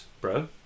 bro